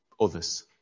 others